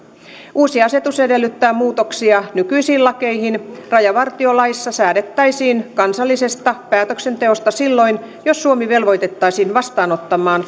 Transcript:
uusi asetus edellyttää muutoksia nykyisiin lakeihin rajavartiolaissa säädettäisiin kansallisesta päätöksenteosta silloin jos suomi velvoitettaisiin vastaanottamaan